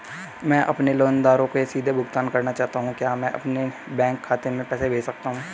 मैं अपने लेनदारों को सीधे भुगतान करना चाहता हूँ क्या मैं अपने बैंक खाते में पैसा भेज सकता हूँ?